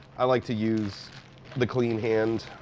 i like to use the clean hand.